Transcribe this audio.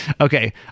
Okay